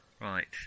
Right